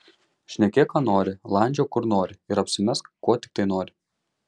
šnekėk ką nori landžiok kur nori ir apsimesk kuo tiktai nori